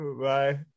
Bye